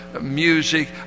music